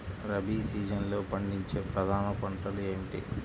రబీ సీజన్లో పండించే ప్రధాన పంటలు ఏమిటీ?